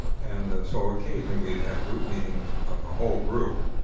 and so occasionally we'd have group meetings of the whole group.